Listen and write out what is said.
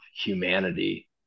humanity